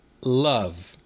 love